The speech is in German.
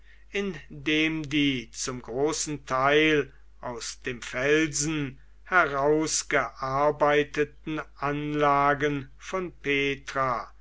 indem die zum großen teil aus dem felsen herausgearbeiteten anlagen von petra